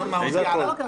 זה הכול.